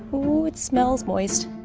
ooh, it smells moist